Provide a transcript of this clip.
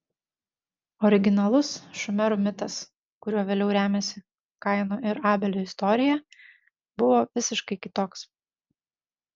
originalus šumerų mitas kuriuo vėliau remiasi kaino ir abelio istorija buvo visiškai kitoks